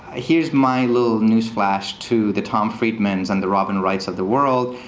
here's my little news flash to the tom friedmans and the robin wrights of the world,